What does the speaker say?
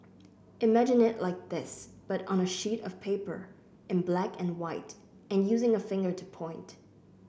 imagine it like this but on a sheet of paper in black and white and using a finger to point